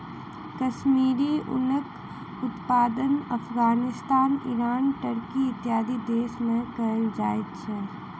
कश्मीरी ऊनक उत्पादन Afghanistan, Iran, Turkey, इत्यादि देश में कयल जाइत अछि